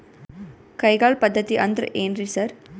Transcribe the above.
ಕೈಗಾಳ್ ಪದ್ಧತಿ ಅಂದ್ರ್ ಏನ್ರಿ ಸರ್?